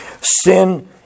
sin